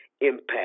impact